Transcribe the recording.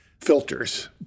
filters